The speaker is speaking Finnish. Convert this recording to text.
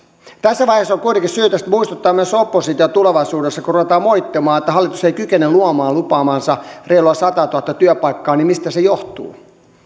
tässä vaiheessa on kuitenkin syytä sitten muistuttaa myös oppositiota kun tulevaisuudessa ruvetaan moittimaan että hallitus ei kykene luomaan lupaamiansa reilua sataatuhatta työpaikkaa ja kysymään mistä se johtuu